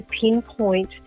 pinpoint